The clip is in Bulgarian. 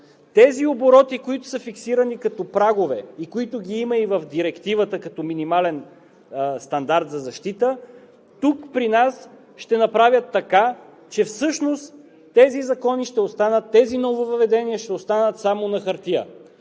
Тези обороти, които са фиксирани като прагове и които ги има и в Директивата, като минимален стандарт за защита, тук при нас ще направят така, че всъщност тези закони, тези нововъведения ще останат само на хартия.